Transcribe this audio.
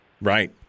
Right